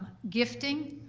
gifting